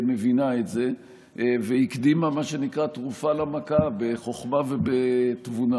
מבינה את זה והקדימה מה שנקרא תרופה למכה בחוכמה ובתבונה.